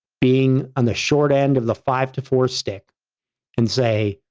being on the short end of the five to four stick and say,